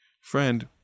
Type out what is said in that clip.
Friend